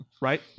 right